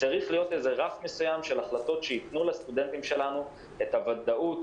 צריך להיות איזה רף מסוים של החלטות שייתנו לסטודנטים שלנו את הוודאות,